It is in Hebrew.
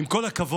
עם כל הכבוד,